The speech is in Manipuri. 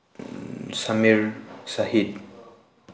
ꯁꯃꯤꯔ ꯁꯍꯤꯗ